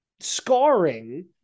scarring